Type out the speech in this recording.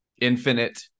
Infinite